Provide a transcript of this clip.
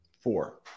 Four